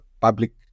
public